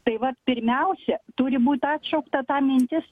tai vat pirmiausia turi būti atšaukta ta mintis